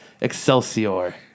Excelsior